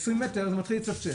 20 מטר זה מתחיל לצפצף.